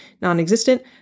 Non-existent